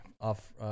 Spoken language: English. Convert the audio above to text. off